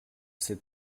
c’est